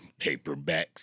Paperbacks